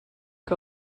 que